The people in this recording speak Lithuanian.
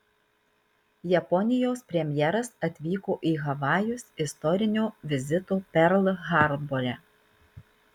japonijos premjeras atvyko į havajus istorinio vizito perl harbore